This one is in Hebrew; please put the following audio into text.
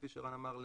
כפי שערן אמר,